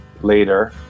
Later